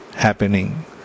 happening